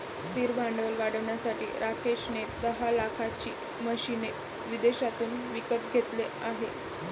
स्थिर भांडवल वाढवण्यासाठी राकेश ने दहा लाखाची मशीने विदेशातून विकत घेतले आहे